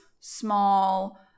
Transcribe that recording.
Small